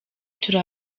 turi